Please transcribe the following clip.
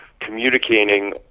communicating